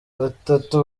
batatu